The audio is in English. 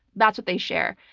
that's what they share.